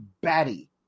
batty